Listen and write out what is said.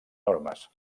normes